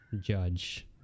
judge